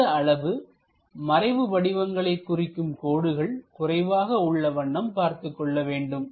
முடிந்த அளவு மறைவு வடிவங்களை குறிக்கும் கோடுகள் குறைவாக உள்ள வண்ணம் பார்த்துக் கொள்ள வேண்டும்